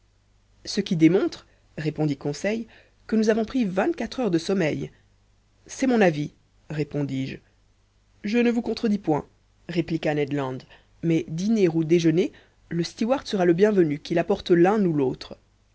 ce qui démontre répondit conseil que nous avons pris vingt-quatre heures de sommeil c'est mon avis répondis-je je ne vous contredis point répliqua ned land mais dîner ou déjeuner le stewart sera le bienvenu qu'il apporte l'un ou l'autre